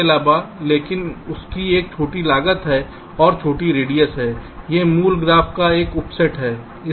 इसके अलावा लेकिन इसकी एक छोटी लागत और छोटी रेडियस है यह मूल ग्राफ का उप सेट है